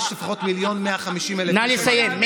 יש לפחות מיליון ו-150,000 איש שמאמינים לי.